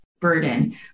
burden